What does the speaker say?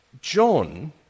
John